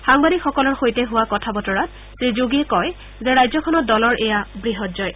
সাংবাদিকসকলৰ সৈতে হোৱা কথা বতৰাত শ্ৰীযোগীয়ে কয় যে ৰাজ্যখনত দলৰ এইটো বৃহৎ জয়